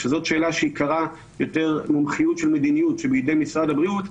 שזאת שאלה שעיקרה יותר מומחיות של מדיניות שבידי משרד הבריאות,